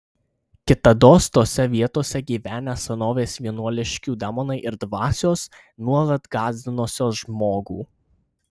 kitados tose vietose gyvenę senovės veliuoniškių demonai ir dvasios nuolat gąsdinusios žmogų